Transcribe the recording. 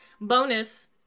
Bonus